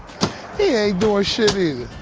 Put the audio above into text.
yeah doing shit either.